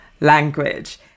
language